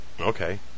Okay